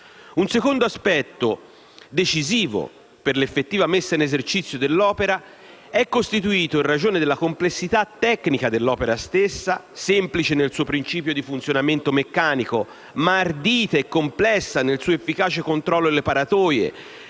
Un secondo aspetto decisivo per l'effettiva messa in esercizio dell'opera è costituito, in ragione della complessità tecnica dell'opera stessa, semplice nel suo principio di funzionamento meccanico, ma ardita e complessa nel suo efficace controllo delle paratoie,